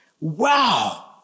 wow